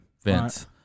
Vince